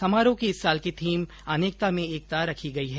समारोह की इस साल की थीम अनेकता में एकता रखी गई हैं